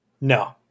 No